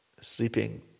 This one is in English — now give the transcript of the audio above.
sleeping